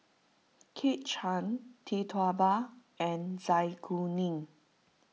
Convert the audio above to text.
Kit Chan Tee Tua Ba and Zai Kuning